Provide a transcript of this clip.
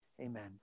amen